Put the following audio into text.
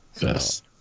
Yes